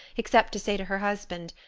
except to say to her husband,